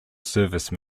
service